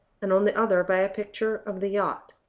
and on the other by a picture of the yacht.